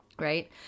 Right